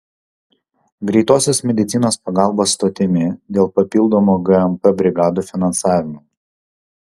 greitosios medicinos pagalbos stotimi dėl papildomų gmp brigadų finansavimo